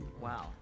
Wow